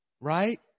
Right